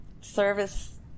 service